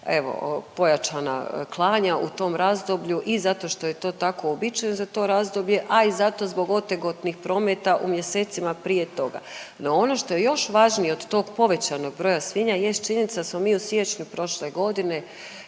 pojačana klanja u tom razdoblju i zato što je to tako uobičajeno za to razdoblje, a i zato zbog otegotnih prometa u mjesecima prije toga. No, ono što je još važnije od tog povećanog broja svinja jest činjenica da smo mi u siječnju prošle godine